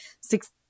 six